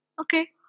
okay